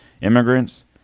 immigrants